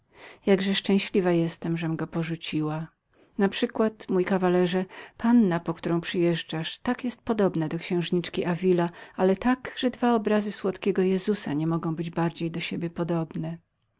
jakże szczęśliwą jestem żem go raz już porzuciła naprzykład mój zacny panie panna po którą przyjeżdżasz tak jest podobną do księżny davila ale tak że dwa obrazy słodkiego jezuzajezusa nie mogą być bardziej do siebie podobne